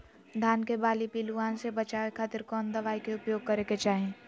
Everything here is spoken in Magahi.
धान के बाली पिल्लूआन से बचावे खातिर कौन दवाई के उपयोग करे के चाही?